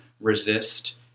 resist